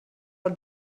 als